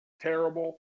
terrible